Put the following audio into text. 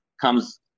Comes